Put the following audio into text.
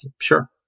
sure